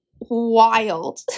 wild